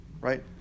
right